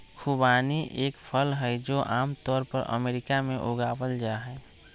खुबानी एक फल हई, जो आम तौर पर अमेरिका में उगावल जाहई